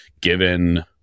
given